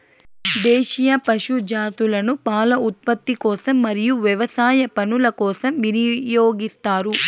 దేశీయ పశు జాతులను పాల ఉత్పత్తి కోసం మరియు వ్యవసాయ పనుల కోసం వినియోగిస్తారు